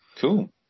Cool